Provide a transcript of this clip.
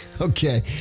Okay